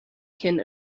can